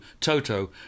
Toto